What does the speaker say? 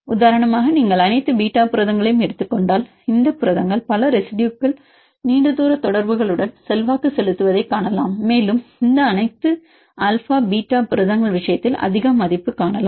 உதாரணமாக நீங்கள் அனைத்து பீட்டா புரதங்களையும் எடுத்துக் கொண்டால் இந்த புரதங்கள் பல ரெசிடுயுகள் நீண்ட தூர தொடர்புகளுடன் செல்வாக்கு செலுத்துவதைக் காணலாம் மேலும் இந்த அனைத்து ஆல்பா பீட்டா புரதங்கள் விஷயத்தில் அதிக மதிப்பு காணலாம்